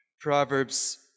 Proverbs